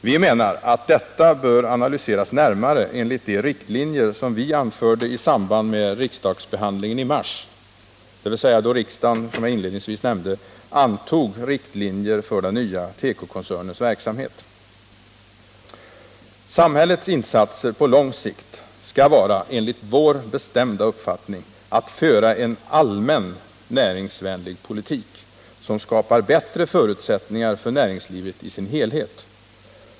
Vi menar att detta bör analyseras närmare enligt de riktlinjer som vi drog upp i samband med riksdagsbehandlingen i mars, dvs. då riksdagen —- som jag inledningsvis nämnde — antog riktlinjer för den nya tekokoncernens verksamhet. Samhällets insatser på lång sikt skall, enligt vår bestämda uppfattning, vara att föra en allmänt näringsvänlig politik, som skapar bättre förutsättningar för näringslivet i dess helhet.